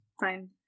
fine